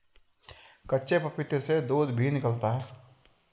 कच्चे पपीते से दूध भी निकलता है